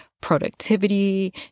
Productivity